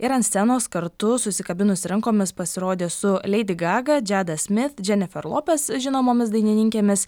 ir ant scenos kartu susikabinusi rankomis pasirodė su leidi gaga džeda smit dženifer lopes žinomomis dainininkėmis